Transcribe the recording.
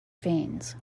veins